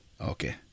Okay